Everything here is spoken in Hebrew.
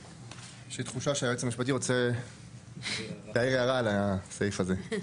יש לי תחושה שהיועץ המשפטי רוצה להעיר הערה על הסעיף הזה.